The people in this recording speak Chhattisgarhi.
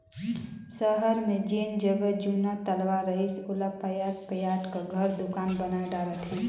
सहर मे जेन जग जुन्ना तलवा रहिस ओला पयाट पयाट क घर, दुकान बनाय डारे थे